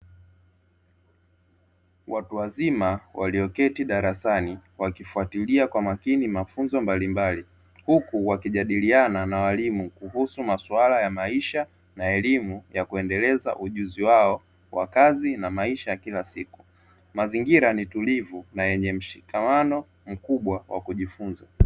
Watu wazima walioketi darasani wakifuatilia kwa makini mafunzo mbalimbali huku wakijadiliana na walimu kuhusu masuala ya maisha na elimu ya kuendeleza ujuzi wao wakazi na maisha ya kila siku mazingira ni tulivu na yenye mshikamano mkubwa wa kujifunza.